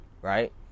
Right